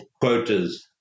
quotas